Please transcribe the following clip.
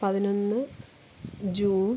പതിനൊന്ന് ജൂൺ